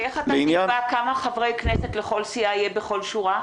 ואיך אתה תקבע כמה חברי כנסת מכל סיעה יהיו בכל שורה?